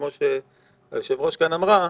כפי שהיושבת-ראש כאן אמרה,